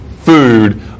food